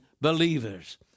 believers